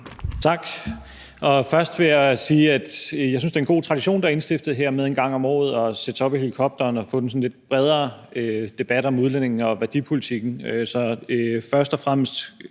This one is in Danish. Tak. Og først vil jeg sige, at jeg synes, det er en god tradition, der er blevet indstiftet her, med at vi en gang om året sætter os op i helikopteren og får en sådan lidt bredere debat om udlændinge- og værdipolitikken, så først og fremmest